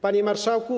Panie Marszałku!